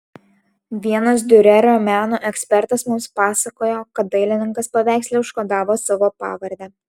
vienas diurerio meno ekspertas mums pasakojo kad dailininkas paveiksle užkodavo savo pavardę